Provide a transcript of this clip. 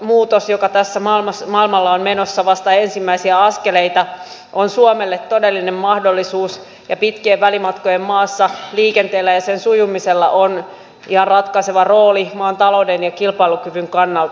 digitalisaatiomuutos joka maailmalla on menossa vasta ensimmäisiä askeleitaan on suomelle todellinen mahdollisuus ja pitkien välimatkojen maassa liikenteellä ja sen sujumisella on ihan ratkaiseva rooli maan talouden ja kilpailukyvyn kannalta